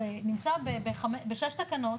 נמצא בשש תקנות,